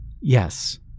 Yes